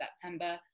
September